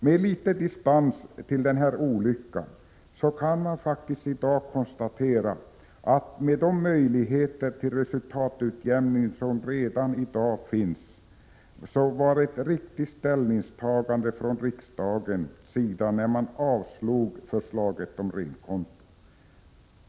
Med litet distans till denna olycka kan i dag konstateras, att med de möjligheter till resultatutjämning som redan i dag finns var det ett riktigt ställningstagande från riksdagens sida att avslå förslaget om renkonto.